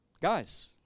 Guys